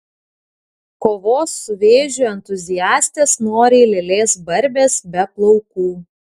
kovos su vėžiu entuziastės nori lėlės barbės be plaukų